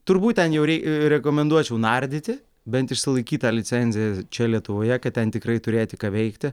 turbūt ten jau rei rekomenduočiau nardyti bent išsilaikyt tą licenziją čia lietuvoje kad ten tikrai turėti ką veikti